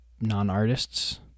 non-artists